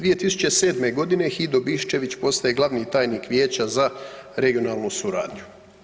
2007. godine Hido Biščević postaje glavni tajnik vijeća za regionalnu suradnju.